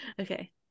Okay